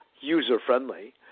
user-friendly